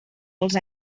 els